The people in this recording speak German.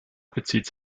bezieht